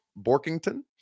Borkington